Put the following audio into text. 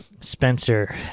Spencer